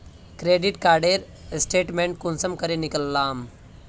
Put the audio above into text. Credit कार्डेर statement कुंसम करे निकलाम?